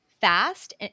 fast